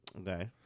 Okay